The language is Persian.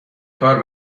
کار